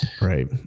right